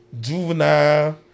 Juvenile